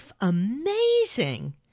amazing